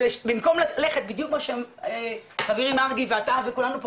במקום ללכת בדיוק כמו שחברי מרגי ואתה וכולנו פה